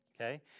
okay